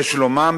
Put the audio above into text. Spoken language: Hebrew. ששלומם,